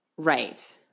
Right